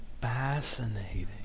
Fascinating